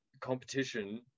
competition